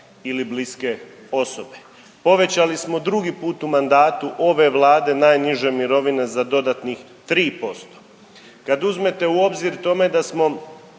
ili bliske osobe. Povećali smo drugi put u mandatu ove Vlade najniže mirovine za dodatnih 3%. Kad uzmete u obzir tome da smo